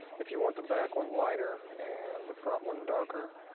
if you want the back one lighter and the front one darker,